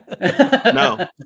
No